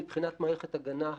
מבחינת מערכת ההגנה,